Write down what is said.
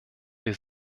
wir